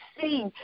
see